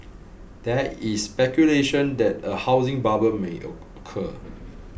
there is speculation that a housing bubble may occur